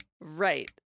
right